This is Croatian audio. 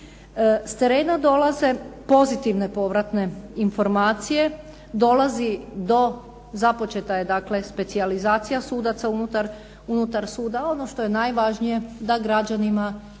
S terena dolaze pozitivne povratne informacije, dolazi do, započeta je dakle specijalizacija sudaca unutar suda. Ono što je najvažnije da građanima sudovi